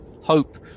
hope